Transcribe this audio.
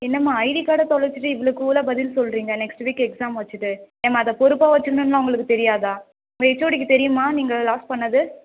என்னம்மா ஐடி கார்டை தொலைச்சிட்டு இவ்வளோ கூலாக பதில் சொல்கிறீங்க நெக்ஸ்ட்டு வீக்கு எக்ஸாம் வச்சுட்டு ஏம்மா அதை பொறுப்பாக வச்சுக்கணுன்லாம் உங்களுக்குத் தெரியாதா உங்கள் ஹெச்ஓடிக்கு தெரியுமா நீங்கள் லாஸ் பண்ணது